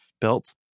built